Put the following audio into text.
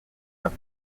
have